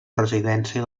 residència